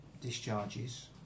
discharges